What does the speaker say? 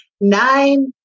nine